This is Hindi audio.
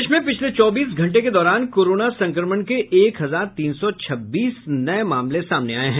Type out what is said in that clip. प्रदेश में पिछले चौबीस घंटे के दौरान कोरोना संक्रमण के एक हजार तीन सौ छब्बीस नए मामले सामने आये है